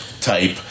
type